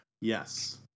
Yes